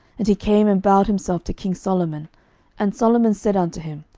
and he came and bowed himself to king solomon and solomon said unto him,